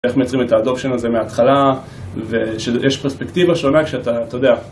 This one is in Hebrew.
איך מייצרים את ה-adoption הזה מההתחלה, ויש פרספקטיבה שונה כשאתה, אתה יודע.